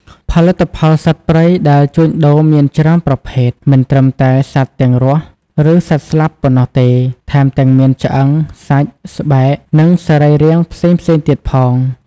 ផលិតផលសត្វព្រៃដែលជួញដូរមានច្រើនប្រភេទ មិនត្រឹមតែសត្វទាំងរស់ ឬសត្វស្លាប់ប៉ុណ្ណោះទេ ថែមទាំងមានឆ្អឹង សាច់ ស្បែក និងសរីរាង្គផ្សេងៗទៀតផង។